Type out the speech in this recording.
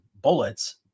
bullets